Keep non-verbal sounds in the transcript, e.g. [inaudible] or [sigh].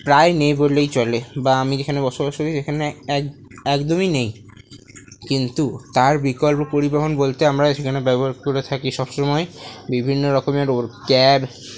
প্রায় নেই বলেই চলে বা আমি যেখানে বসবাস করি সেখানে এক একদমই নেই কিন্তু তার বিকল্প পরিবহন বলতে আমরা সেখানে ব্যবহার করে থাকি সবসময় বিভিন্ন রকমের [unintelligible] ক্যাব